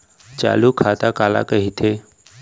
चालू खाता काला कहिथे?